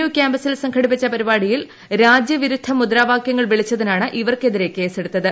U ക്യാമ്പസിൽ സംഘടിപ്പിച്ച പരിപാടിയിൽ രാജ്യവിരുദ്ധ മുദ്രാവാകൃങ്ങൾ വിളിച്ചതിനാണ് ഇവർക്കെതിരേ കേസെടുത്തത്